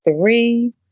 three